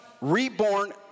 reborn